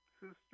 Sister